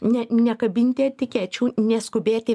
ne nekabinti etikečių neskubėti